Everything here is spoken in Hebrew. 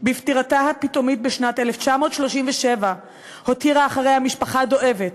בפטירתה הפתאומית בשנת 1937 הותירה אחריה משפחה דואבת,